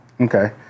Okay